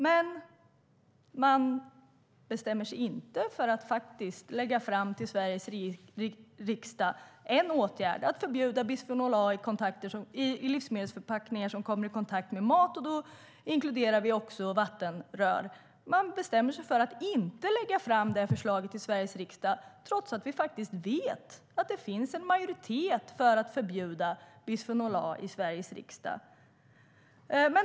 Men man bestämmer sig inte för att till Sveriges riksdag faktiskt lägga fram förslag om en åtgärd: att man ska förbjuda bisfenol A i livsmedelsförpackningar som kommer i kontakt med mat - då inkluderar vi också vattenrör. Man bestämmer sig för att inte lägga fram det förslaget till Sveriges riksdag, trots att vi vet att det finns en majoritet i Sveriges riksdag som är för att man ska förbjuda bisfenol A.